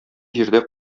җирдә